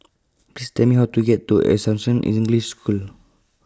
Please Tell Me How to get to Assumption English School